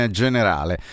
generale